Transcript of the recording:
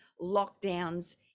lockdowns